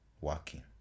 working